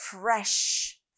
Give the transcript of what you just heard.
fresh